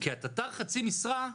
כי התט"ר חצי משרה,